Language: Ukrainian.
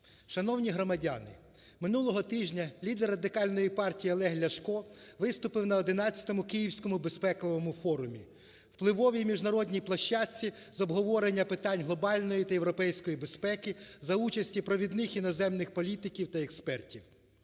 Шановні громадяни, минулого тижня лідер Радикальної партії Олег Ляшко виступив на ХІ Київському безпековому форумі, впливовій міжнародній площадці з обговорення питань глобальної та європейської безпеки за участі провідних іноземних політиків та експертів.